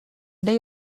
they